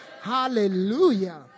Hallelujah